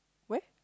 where